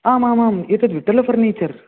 आम् आम् आम् एतद् विठ्ठल फ़र्निचर्